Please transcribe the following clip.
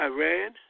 Iran